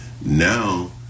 now